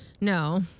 no